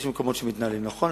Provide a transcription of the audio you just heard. יש מקומות שמתנהלים נכון,